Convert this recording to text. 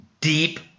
deep